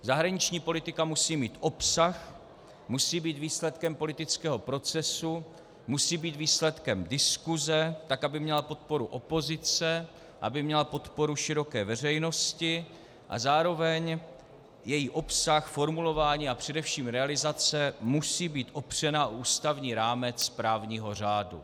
Zahraniční politika musí mít obsah, musí být výsledkem politického procesu, musí být výsledkem diskuse, tak aby měla podporu opozice, aby měla podporu široké veřejnosti, a zároveň její obsah, formulování a především realizace musí být opřeny o ústavní rámec právního řádu.